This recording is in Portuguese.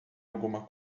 alguma